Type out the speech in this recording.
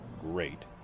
great